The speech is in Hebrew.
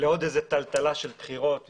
לעוד טלטלה של בחירות כלליות.